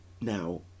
now